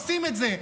עושים את זה.